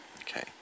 Okay